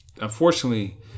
unfortunately